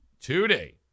Today